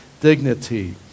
dignity